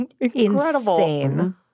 incredible